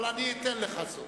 אבל אני אתן לך זאת.